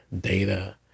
data